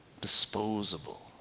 Disposable